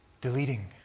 deleting